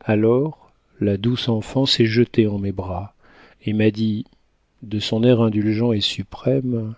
alors la douce enfant s'est jetée en mes bras et m'a dit de son air indulgent et suprême